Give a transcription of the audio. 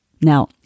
Now